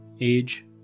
Age